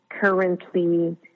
currently